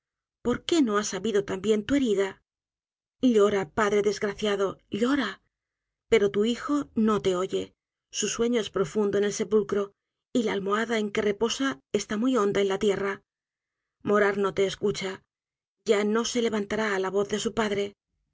por qué no ha sabido también tu herida llora padre desgraciado llora pero tu hijo no te oye su sueño es profundo en el sepulcro y la almohada en que reposa está muy honda en la tierra morar no te escucha ya no se levantará á la voz de su padre